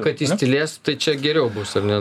kad jis tylės tai čia geriau bus ar ne